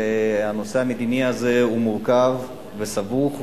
והנושא המדיני הזה הוא מורכב וסבוך,